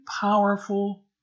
powerful